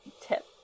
tip